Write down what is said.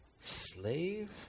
Slave